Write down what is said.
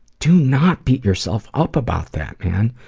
do not beat yourself up about that man.